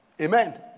Amen